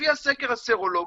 לפי הסקר הסרולוגי,